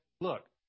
look